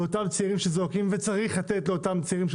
וכל פעם מחדש,